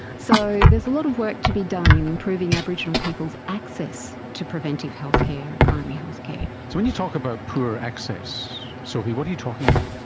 so there's a lot of work to be done in improving aboriginal people's access to preventive healthcare, and primary healthcare. so when you talk about poor access, sophie, what are you talking about?